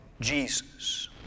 Jesus